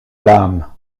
l’âme